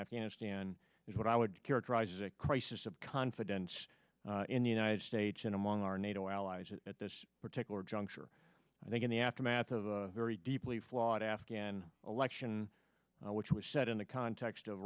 afghanistan is what i would characterize as a crisis of confidence in the united states in among our nato allies that at this particular juncture i think in the aftermath of a very deeply flawed afghan election which was set in the context of